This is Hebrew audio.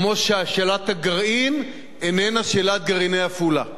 כמו ששאלת הגרעין איננה שאלת "גרעיני עפולה".